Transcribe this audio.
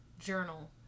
journal